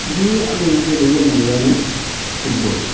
गिबि आं गेलेजेन्नायानो फुटबल